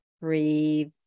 Breathe